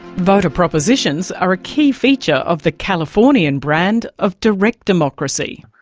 voter propositions are a key feature of the californian brand of direct democracy.